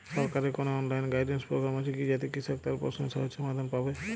সরকারের কোনো online guidance programme আছে কি যাতে কৃষক তার প্রশ্নের সহজ সমাধান পাবে?